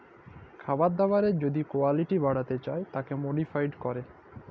খাবার দাবারের যদি কুয়ালিটি বাড়াতে চায় তাকে মডিফাই ক্যরে